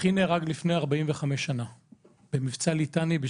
אחי נהרג לפני 45 שנה במבצע ליטני,